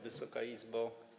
Wysoka Izbo!